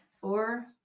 four